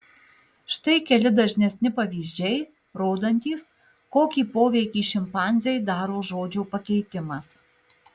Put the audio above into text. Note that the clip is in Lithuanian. štai keli dažnesni pavyzdžiai rodantys kokį poveikį šimpanzei daro žodžio pakeitimas